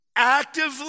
actively